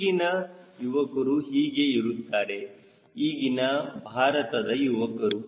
ಈಗಿನ ಯುವಕರು ಹೀಗೆ ಇರುತ್ತಾರೆ ಈಗಿನ ಭಾರತದ ಯುವಕರು